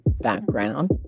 background